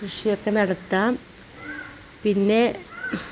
കൃഷിയൊക്കെ നടത്താം പിന്നെ